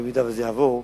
אם זה יעבור,